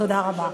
תודה רבה.